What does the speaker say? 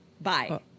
Bye